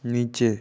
नीचे